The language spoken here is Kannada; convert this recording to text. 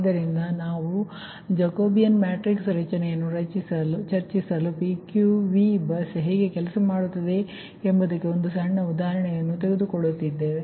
ಆದ್ದರಿಂದ ನಂತರ ನಾವು ಜಾಕೋಬಿಯನ್ ಮ್ಯಾಟ್ರಿಕ್ಸ್ ರಚನೆಯನ್ನು ಚರ್ಚಿಸಲು PQV ಬಸ್ ಹೇಗೆ ಕೆಲಸ ಮಾಡುತ್ತದೆ ಎಂಬುದಕ್ಕೆ ಒಂದು ಸಣ್ಣ ಉದಾಹರಣೆಯನ್ನು ತೆಗೆದುಕೊಳ್ಳುತ್ತೇವೆ